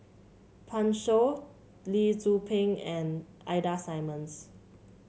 Pan Shou Lee Tzu Pheng and Ida Simmons